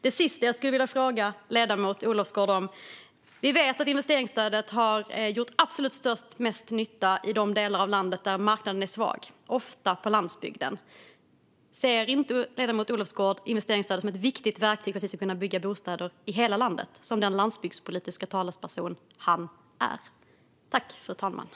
Jag har en sista fråga till ledamoten Olofsgård. Vi vet att investeringsstödet har gjort absolut störst nytta i de delar av landet där marknaden är svag, ofta på landsbygden. Ser inte ledamoten Olofsgård, som den landsbygdspolitiska talesperson han är, investeringsstödet som ett viktigt verktyg för att vi ska kunna bygga bostäder i hela landet?